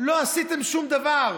לא עשיתם שום דבר.